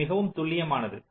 இது மிகவும் துல்லியமானது